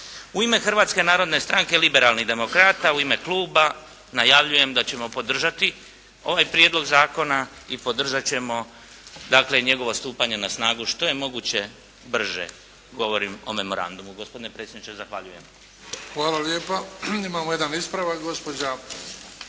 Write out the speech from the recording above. U ime Hrvatske narodne stranke – Liberalnih demokrata, u ime kluba najavljujem da ćemo podržati ovaj prijedlog zakona i podržat ćemo dakle i njegovo stupanje na snagu što je moguće brže. Govorim o memorandumu. Gospodine predsjedniče zahvaljujem. **Bebić, Luka (HDZ)** Hvala lijepa. Imamo jedan ispravak. Gospođa